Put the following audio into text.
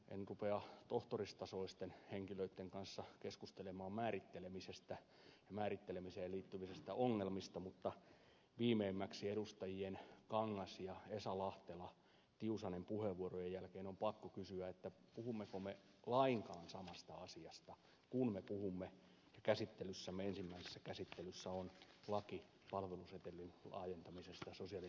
en rupea tohtoristasoisten henkilöitten kanssa keskustelemaan määrittelemisestä ja määrittelemiseen liittyvistä ongelmista mutta viimeimmäksi edustajien kangas esa lahtela ja tiusanen puheenvuorojen jälkeen on pakko kysyä puhummeko me lainkaan samasta asiasta kun me puhumme käsittelyssämme ensimmäisessä käsittelyssä olevasta laista palvelusetelin laajentamisesta sosiaali ja terveydenhuollon palveluihin